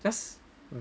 that's